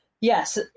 Yes